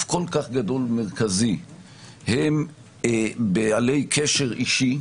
כל כך גדול ומרכזי הם בעלי קשר אישי